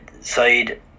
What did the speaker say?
side